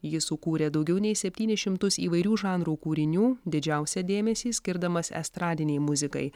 jis sukūrė daugiau nei septynis šimtus įvairių žanrų kūrinių didžiausią dėmesį skirdamas estradinei muzikai